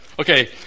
Okay